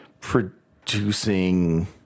producing